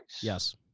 Yes